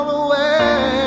away